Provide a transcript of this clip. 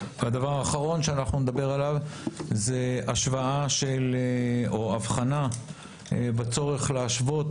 והדבר האחרון שנדבר עליו זה הבחנה בצורך להשוות